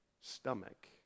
Stomach